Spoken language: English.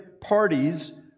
parties